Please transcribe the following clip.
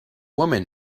woman